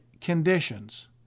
conditions